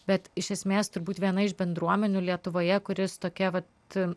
bet iš esmės turbūt viena iš bendruomenių lietuvoje kuri su tokia vat